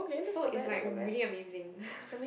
so is like really amazing